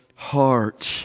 heart